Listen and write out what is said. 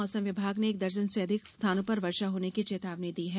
मौसम विभाग ने एक दर्जन से अधिक स्थानों पर वर्षा होने की चेतावनी दी है